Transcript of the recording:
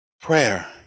Prayer